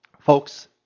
Folks